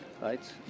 right